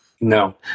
No